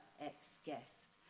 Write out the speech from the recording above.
ex-guest